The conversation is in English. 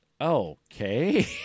okay